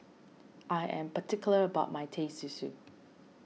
I am particular about my Teh Susu